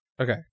Okay